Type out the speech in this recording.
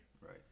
Right